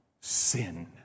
sin